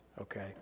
okay